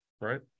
right